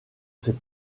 ses